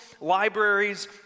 libraries